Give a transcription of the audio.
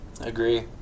Agree